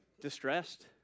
distressed